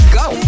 go